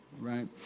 right